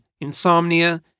insomnia